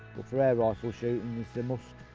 for air rifle shooting it's a must.